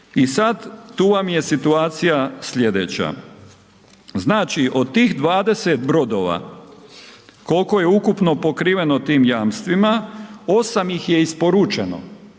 I sada tu vam je situacija sljedeća, znači od tih 20 brodova koliko je ukupno pokriveno tim jamstvima, 8 ih je isporučeno